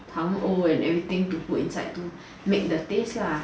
糖 all anf everything to put inside to make the taste lah